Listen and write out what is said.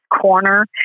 corner